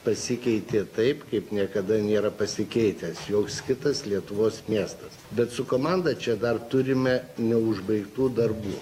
pasikeitė taip kaip niekada nėra pasikeitęs joks kitas lietuvos miestas bet su komanda čia dar turime neužbaigtų darbų